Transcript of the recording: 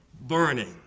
burning